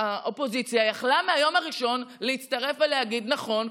האופוזיציה יכלה מהיום הראשון להצטרף ולהגיד: נכון,